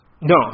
No